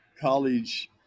college